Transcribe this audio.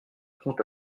conte